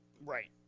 Right